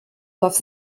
doivent